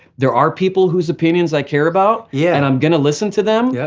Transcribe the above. there are people whose opinions i care about yeah and i'm gonna listen to them. yeah